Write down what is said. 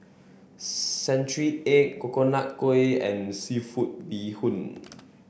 Century Egg Coconut Kuih and seafood bee hoon